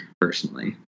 personally